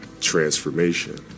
transformation